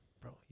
Bro